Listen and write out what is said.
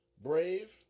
brave